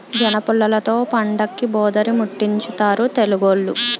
జనపుల్లలతో పండక్కి భోధీరిముట్టించుతారు తెలుగోళ్లు